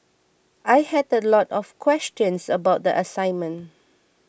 I had a lot of questions about the assignment